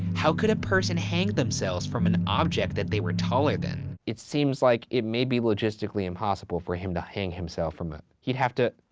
how could a person hang themselves from an object that they were taller than? it seems like it may be logistically impossible for him to hang himself from it, he'd have to.